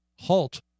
halt